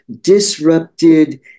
disrupted